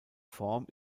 form